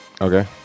Okay